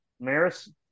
Maris